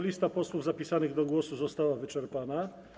Lista posłów zapisanych do głosu została wyczerpana.